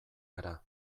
gara